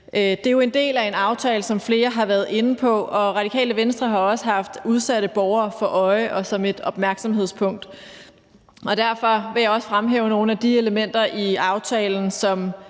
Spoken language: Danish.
Det er jo del af en aftale, som flere har været inde på, og Radikale Venstre har også haft udsatte borgere for øje og som et opmærksomhedspunkt. Derfor vil jeg også fremhæve nogle af de elementer i aftalen,